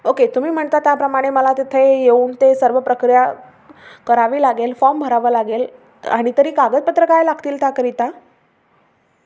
okay तुम्ही म्हणता त्याप्रमाणे मला तिथे येऊन ते सर्व प्रक्रिया करावी लागेल फॉर्म भरावं लागेल आणि तरी कागदपत्र काय लागतील त्याकरिता